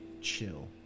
chill